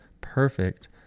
perfect